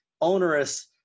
onerous